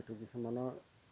এইটো কিছুমানৰ